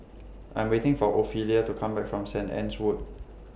I'm waiting For Ophelia to Come Back from Saint Anne's Wood